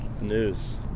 News